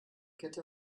kette